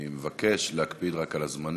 אני רק מבקש להקפיד על הזמנים.